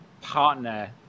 partner